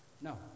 No